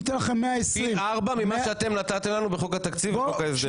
ניתן לכם 120. פי ארבעה ממה שאתם נתתם לנו בחוק התקציב ובחוק ההסדרים.